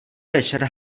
večer